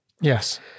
Yes